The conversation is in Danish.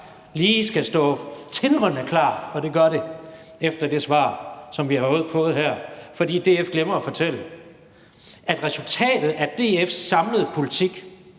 lige skal stå tindrende klart, og det gør det efter det svar, som vi har fået her, fordi DF glemmer at fortælle, at resultatet af DF's samlede politik